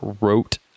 wrote